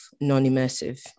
non-immersive